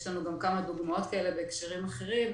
יש לנו גם כמה דוגמאות כאלה בהקשרים אחרים,